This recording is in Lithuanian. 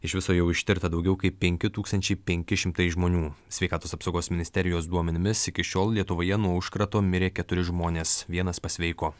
iš viso jau ištirta daugiau kaip penki tūkstančiai penki šimtai žmonių sveikatos apsaugos ministerijos duomenimis iki šiol lietuvoje nuo užkrato mirė keturi žmonės vienas pasveiko